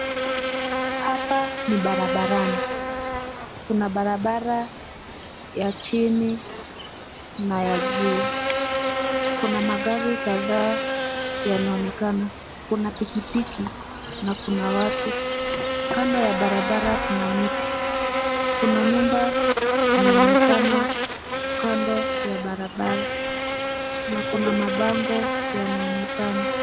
Hapa ni barabarani. Kuna barabara ya chini na ya juu. Kuna magari kadhaa yanaonekana. Kuna pikipiki na kuna watu. Kando ya barabara kuna miti. Kuna nyumba zinaonekana kando ya barabara. Na kuna mabango yanaonekana.